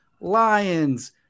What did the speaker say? lions